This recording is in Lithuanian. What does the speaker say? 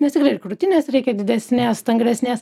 nes tikrai ir krūtinės reikia didesnės stangresnės